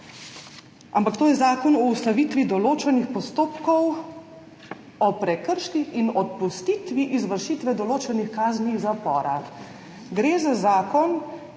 ampak to je Zakon o ustavitvi določenih postopkov o prekrških in odpustitvi izvršitve določenih kazni zapora. Gre za zakon,